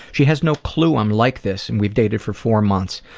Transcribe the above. she has no clue i'm like this and we dated for four months.